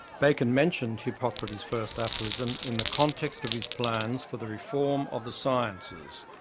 bacon mentioned hippocrates' first aphorism in the context of his plans for the reform of the sciences,